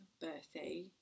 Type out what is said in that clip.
birthday